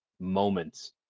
moments